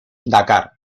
dakar